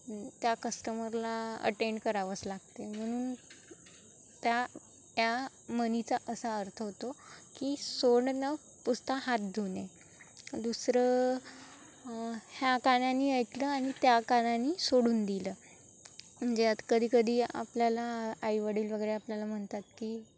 त्या कस्टमरला अटेंड करावंच लागते म्हणून त्या या मनीचा असा अर्थ होतो की सोडणं पुसता हात धुणे दुसरं ह्या कानाने ऐकलं आणि त्या कानाने सोडून दिलं म्हणजे आता कधी कधी आपल्याला आई वडील वगैरे आपल्याला म्हणतात की